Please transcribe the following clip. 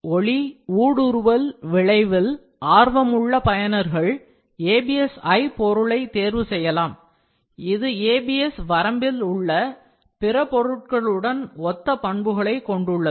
ஒளிஊடுருவக்கூடிய விளைவில் ஆர்வமுள்ள பயனர்கள் ABSi பொருளைத் தேர்வுசெய்யலாம் இது ABS வரம்பில் உள்ள பிற பொருட்களுடன் ஒத்த பண்புகளைக் கொண்டுள்ளது